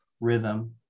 rhythm